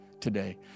today